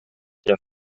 der